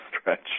stretch